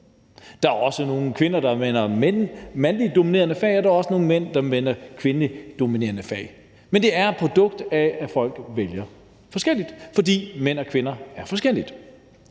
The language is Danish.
Der er også nogle kvinder, der vælger mandedominerede fag, og der er også nogle mænd, der vælger kvindedominerede fag. Men det er et produkt af, at folk vælger forskelligt, fordi mænd og kvinder er forskellige.